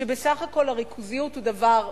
שבסך הכול הריכוזיות היא דבר מסוכן,